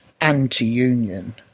anti-union